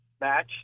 match